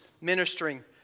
ministering